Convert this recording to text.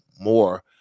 more